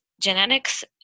genetics